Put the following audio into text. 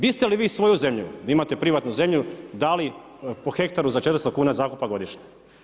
Biste li vi svoju zemlju, imate privatnu zemlju, dali, po hektaru za 400 kuna zakupa godišnje?